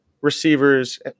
receivers